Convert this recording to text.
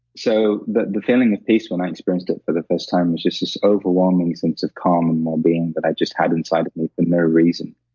so, the the feeling of peace when i experienced it for the first time was just this overwhelming sense of calm and well-being that i just had inside of me for no reason.